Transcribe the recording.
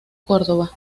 córdova